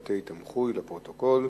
הפעלת בתי-תמחוי על-ידי המיסיון, לפרוטוקול.